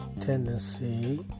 tendency